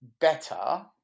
better